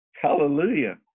Hallelujah